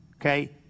Okay